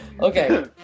Okay